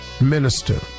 minister